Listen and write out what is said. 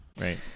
Right